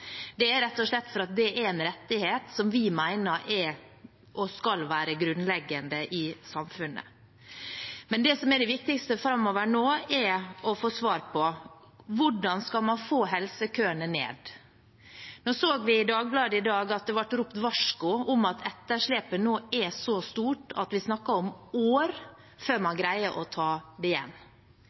Det er rett og slett fordi det er en rettighet som vi mener er og skal være grunnleggende i samfunnet. Men det som er det viktigste framover nå, er å få svar på hvordan man skal få helsekøene ned. Vi så i Dagbladet i dag at det ble ropt varsku om at etterslepet nå er så stort at vi snakker om år før man greier å ta det igjen.